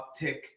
uptick